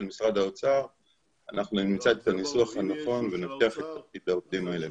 משרד האוצר אנחנו נמצא את הניסוח הנכון ונבטיח את עתיד העובדים האלה.